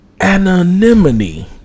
anonymity